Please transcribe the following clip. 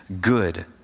good